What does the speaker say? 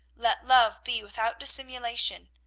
let love be without dissimulation.